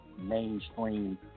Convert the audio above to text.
mainstream